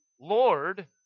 Lord